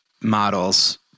models